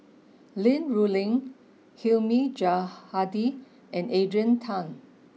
Li Rulin Hilmi Johandi and Adrian Tan